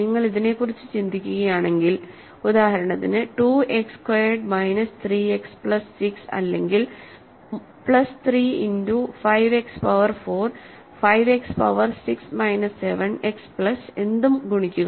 നിങ്ങൾ ഇതിനെക്കുറിച്ച് ചിന്തിക്കുകയാണെങ്കിൽ ഉദാഹരണത്തിന് 2 x squared minus 3 x plus 6 അല്ലെങ്കിൽ plus 3 into 5 x power 4 5 x power 6 minus 7 x plus എന്തും ഗുണിക്കുക